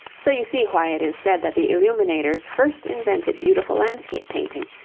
so you see why it is said that the illuminators first invented beautiful landscape painting,